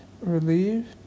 relieved